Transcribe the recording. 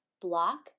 block